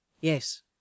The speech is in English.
Yes